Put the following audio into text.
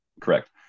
Correct